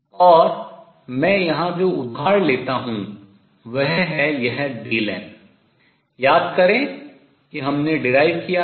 और मैं यहां जो उधार लेता हूँ वह है यह Δ n याद करें कि हमने derive व्युत्पन्न किया था